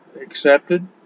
accepted